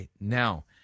Now